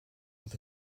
with